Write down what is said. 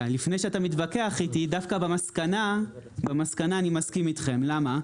דווקא במסקנה אני מסכים איתכם, למה?